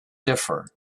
differ